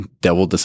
devil